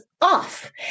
off